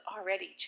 already